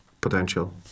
potential